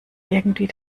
irgendwie